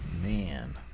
man